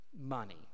money